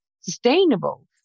sustainable